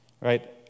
right